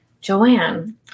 Joanne